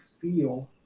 feel